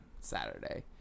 Saturday